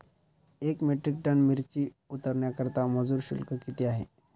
एक metric ton मिरची उतरवण्याकरता मजुर शुल्क किती आहे?